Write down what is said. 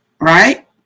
Right